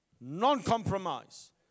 Non-compromise